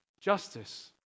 justice